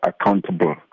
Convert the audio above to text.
accountable